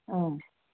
ಹ್ಞೂ